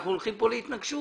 אנחנו הולכים כאן להתנגשות.